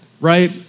right